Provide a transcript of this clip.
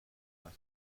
cost